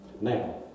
Now